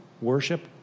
worship